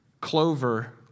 clover